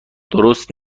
درست